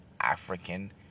African